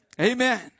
Amen